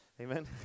Amen